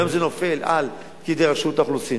היום זה נופל על פקידי רשות האוכלוסין.